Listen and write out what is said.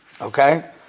Okay